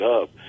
up